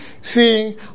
seeing